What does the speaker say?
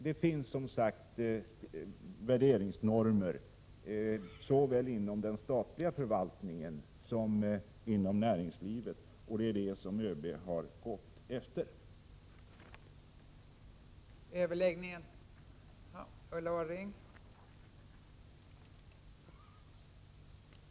Det finns som sagt värderingsnormer såväl inom den statliga förvaltningen som inom näringslivet, och det är dessa ÖB har gått efter.